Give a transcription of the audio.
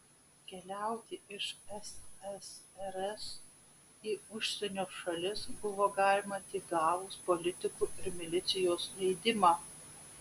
keliauti iš ssrs į užsienio šalis buvo galima tik gavus politikų ir milicijos leidimą